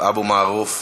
אבו מערוף.